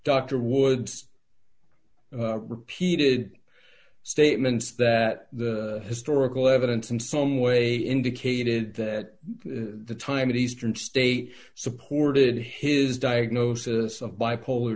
dr wood repeated statements that the historical evidence in some way indicated that the time in eastern state supported his diagnosis of bipolar